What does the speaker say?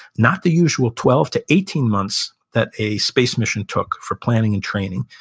not the usual twelve to eighteen months that a space mission took for planning and training,